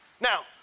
Now